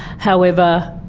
however,